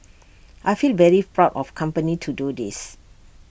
I feel very proud of company to do this